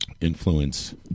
influence